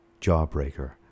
Jawbreaker